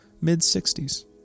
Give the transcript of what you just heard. mid-60s